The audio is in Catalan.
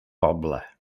poble